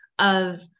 -of